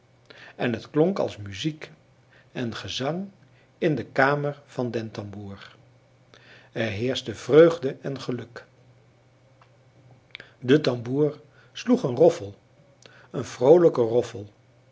en het klonk als muziek en gezang in de kamer van den tamboer er heerschten vreugde en geluk de tamboer sloeg een roffel een vroolijken roffel